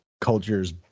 cultures